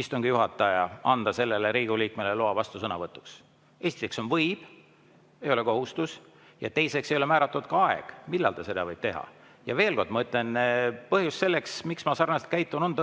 istungi juhataja anda sellele Riigikogu liikmele loa vastusõnavõtuks. Esiteks on "võib", ei ole kohustus, ja teiseks ei ole määratud ka aeg, millal ta seda võib teha. Ja veel kord ma ütlen: põhjus selleks, miks ma sarnaselt käitun, on